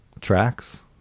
tracks